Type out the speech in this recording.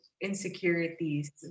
insecurities